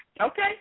Okay